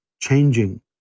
changing